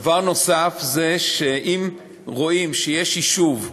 דבר נוסף זה שאם רואים שיש יישוב,